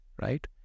right